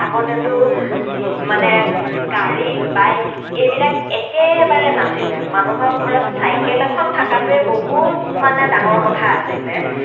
আগতেটো মানে গাড়ী বাইক এইবিলাক একেবাৰে নাছিলে মানুহৰ ঘৰত চাইকেল এখন থকাটোৱেই বহুত মানে ডাঙৰ কথা আছিলে